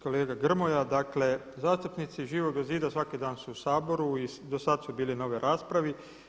Kolega Grmoja, dakle zastupnici Živoga zida svaki dan su u Saboru i dosad su bili na ovoj raspravi.